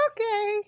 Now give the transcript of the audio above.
Okay